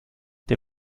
der